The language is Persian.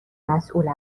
مسئول